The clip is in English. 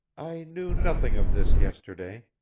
i knew nothing of this yesterday.